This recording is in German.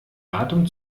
datum